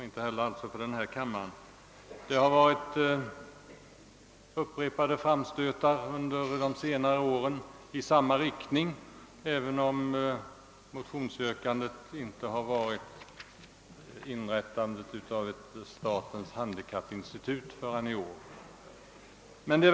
Under senare år har upprepade framstötar i samma riktning gjorts, även om motionsyrkandena inte förrän i år har varit inrättande av ett statligt institut för den psykiska folkhälsan.